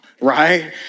right